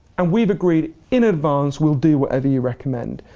and we've agreed, in advance, we'll do whatever you recommend.